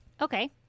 Okay